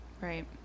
Right